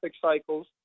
cycles